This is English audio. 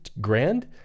grand